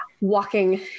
Walking